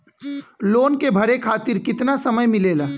Loan के भरे खातिर कितना समय मिलेला?